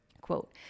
Quote